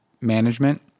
management